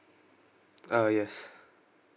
ah yes